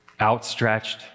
Outstretched